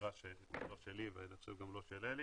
במגרש שלי וגם לא של אלי